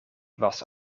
was